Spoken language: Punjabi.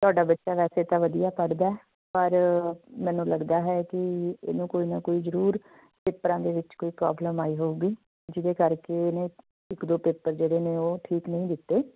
ਤੁਹਾਡਾ ਬੱਚਾ ਵੈਸੇ ਤਾਂ ਵਧੀਆ ਪੜ੍ਹਦਾ ਹੈ ਪਰ ਮੈਨੂੰ ਲੱਗਦਾ ਹੈ ਕਿ ਇਹਨੂੰ ਕੋਈ ਨਾ ਕੋਈ ਜ਼ਰੂਰ ਪੇਪਰਾਂ ਦੇ ਵਿੱਚ ਕੋਈ ਪ੍ਰੋਬਲਮ ਆਈ ਹੋਵੇਗੀ ਜਿਹਦੇ ਕਰਕੇ ਇਹਨੇ ਇੱਕ ਦੋ ਪੇਪਰ ਜਿਹੜੇ ਨੇ ਉਹ ਠੀਕ ਨਹੀਂ ਦਿੱਤੇ